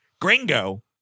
gringo